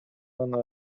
гана